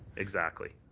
exactly.